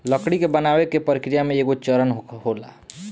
लकड़ी के बनावे के प्रक्रिया में एगो चरण होला